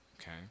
okay